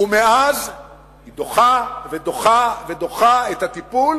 ומאז היא דוחה ודוחה ודוחה את הטיפול.